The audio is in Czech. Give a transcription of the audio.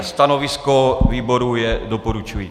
Stanovisko výboru je doporučující.